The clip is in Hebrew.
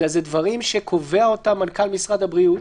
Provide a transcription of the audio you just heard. אלא זה דברים שקובע אותם מנכ"ל משרד הבריאות.